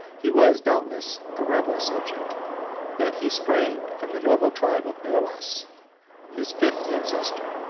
he was doubtless a rebel subject yet he sprang from the noble tribe of berlass his fifth ancestor,